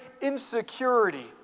insecurity